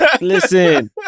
Listen